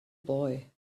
boy